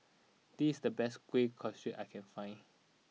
this the best Kueh Kasturi I can find